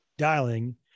dialing